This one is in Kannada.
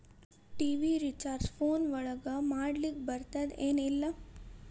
ಟಿ.ವಿ ರಿಚಾರ್ಜ್ ಫೋನ್ ಒಳಗ ಮಾಡ್ಲಿಕ್ ಬರ್ತಾದ ಏನ್ ಇಲ್ಲ?